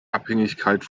abhängigkeit